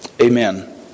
Amen